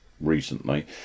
recently